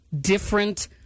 different